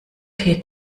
tee